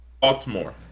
Baltimore